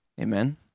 Amen